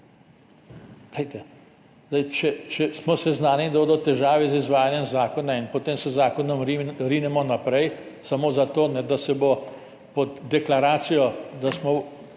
težave. Če smo seznanjeni, da bodo težave z izvajanjem zakona, in potem z zakonom rinemo naprej samo zato, da bo pod deklaracijo, da smo